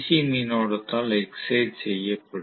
C மின்னோட்டத்தால் excite செய்யப்படும்